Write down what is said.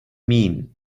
mean